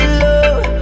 love